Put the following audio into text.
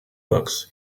books